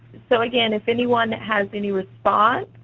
so again, if anyone has any response,